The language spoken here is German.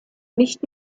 nicht